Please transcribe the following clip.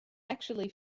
actually